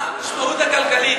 מה המשמעות הכלכלית?